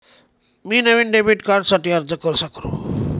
मी नवीन डेबिट कार्डसाठी अर्ज कसा करु?